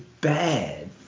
bad